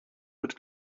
mit